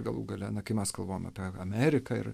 galų gale nokimas kalbame apie ameriką ir